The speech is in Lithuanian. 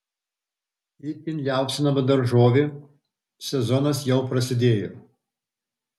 itin liaupsinama daržovė sezonas jau prasidėjo